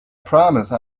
promise